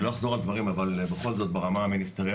אני לא אחזור על דברים אבל בכל זאת ברמה המיניסטריאלית,